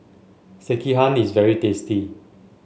Sekihan is very tasty